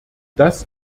das